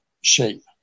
shape